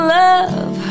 love